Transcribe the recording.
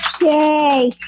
Yay